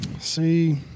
See